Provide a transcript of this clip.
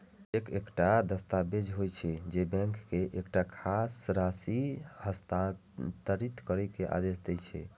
cheque एकटा दस्तावेज होइ छै, जे बैंक के एकटा खास राशि हस्तांतरित करै के आदेश दै छै